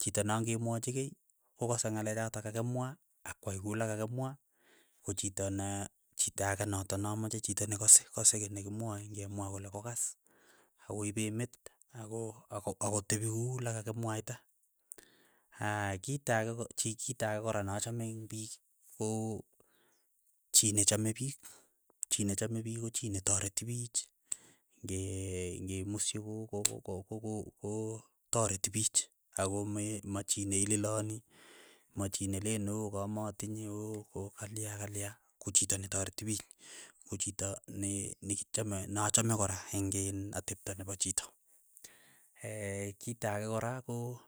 chito na ng'emwachikei kokase ng'alek chotok kakimwaa ak kwai ku lakakimwa, kochito ne chito ake notok namache, chito nekase kase kiy nekimwae, ng'emwa kole kokas. akoipe met, ako ako akotepi kuu lakakimwaita, aa kita ake kot chi kita ake kora nachame eng' piik ko chii nechame piik, chii nechame piik ko chii netareti piich ng'e ng'emuschi ko- ko- ko- ko kotareti piich, ako me machi neililoni machi neleen ooh kamatinye ooh kokalya kalya, kochito netareti piich, kochito ne nekichame nachame kora eng' in atepto nepo chito, kito ake kora ko.